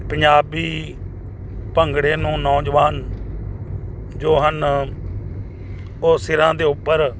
ਪੰਜਾਬੀ ਭੰਗੜੇ ਨੂੰ ਨੌਜਵਾਨ ਜੋ ਹਨ ਉਹ ਸਿਰਾਂ ਦੇ ਉੱਪਰ